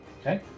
Okay